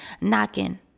knocking